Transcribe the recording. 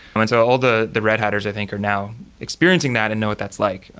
and so all the the red hatters i think are now experiencing that and know what that's like,